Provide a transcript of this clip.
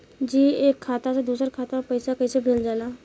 जी एक खाता से दूसर खाता में पैसा कइसे भेजल जाला?